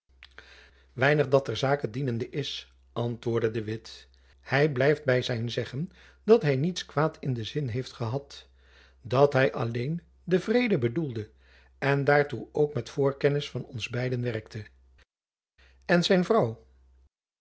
dat ter zake dienende is antwoordde de witt hy blijft by zijn zeggen dat hy niets kwaad in jacob van lennep elizabeth musch den zin heeft gehad dat hy alleen den vrede bedoelde en daartoe ook met voorkennis van ons beiden werkte en zijn vrouw